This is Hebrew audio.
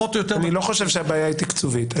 לא חושב שהבעיה היא תקצובית.